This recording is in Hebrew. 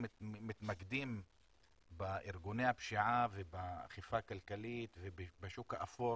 מתמקדים בארגוני הפשיעה ובאכיפה הכלכלית ובשוק האפור,